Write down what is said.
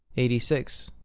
eighty six.